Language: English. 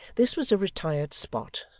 this was a retired spot,